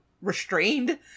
restrained